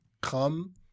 come